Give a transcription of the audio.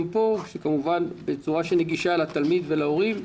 גם פה כמובן בצורה שנגישה לתלמיד ולהורים,